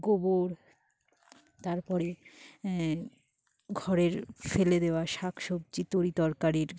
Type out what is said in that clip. গোবর তারপরে ঘরের ফেলে দেওয়া শাকসবজি তরিতরকারির